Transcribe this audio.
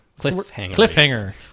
Cliffhanger